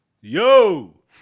Yo